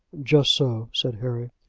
just so, said harry.